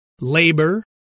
labor